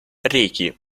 ricky